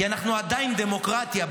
כי אנחנו עדיין דמוקרטיה,